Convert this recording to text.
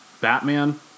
Batman